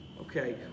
Okay